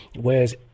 whereas